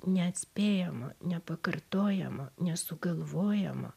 neatspėjama nepakartojama nesugalvojama